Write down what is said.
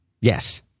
Yes